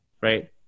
right